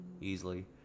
easily